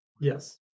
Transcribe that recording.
Yes